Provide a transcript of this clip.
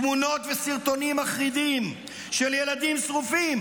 תמונות וסרטונים מחרידים של ילדים שרופים,